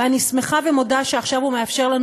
ואני שמחה ומודה לו שעכשיו הוא מאפשר לנו